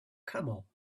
camel